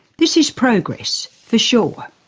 this is progress, for sure.